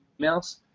emails